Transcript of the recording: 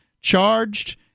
charged